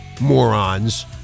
morons